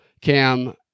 Cam